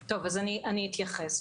אתייחס.